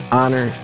honor